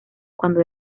cuando